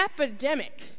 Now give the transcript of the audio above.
epidemic